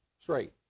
Straight